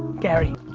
gary.